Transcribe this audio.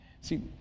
See